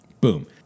Boom